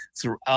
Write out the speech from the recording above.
throughout